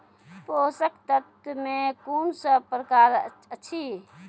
पोसक तत्व मे कून सब प्रकार अछि?